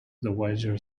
dowager